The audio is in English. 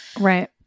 Right